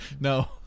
no